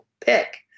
pick